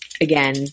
again